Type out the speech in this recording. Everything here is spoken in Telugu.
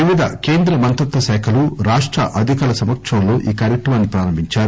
వివిధ కేంద్ర మంత్రిత్వశాఖలు రాష్ట అధికారుల సమక్షంలో ఈ కార్యక్రమాన్ని ప్రారంభించారు